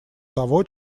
того